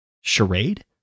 charade